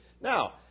Now